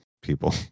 people